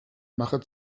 mache